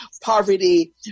poverty